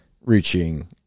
reaching